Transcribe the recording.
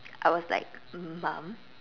I was like mum